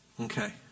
Okay